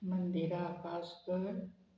मंदिरां भासकर